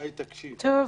מיקי, בבקשה.